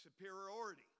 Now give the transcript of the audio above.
superiority